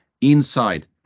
inside